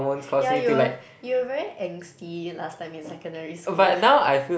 yeah you were you were very angsty last time in secondary school